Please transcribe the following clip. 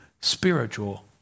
spiritual